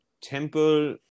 temple